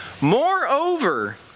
Moreover